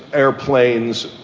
airplanes,